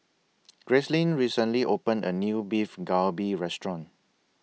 Gracelyn recently opened A New Beef Galbi Restaurant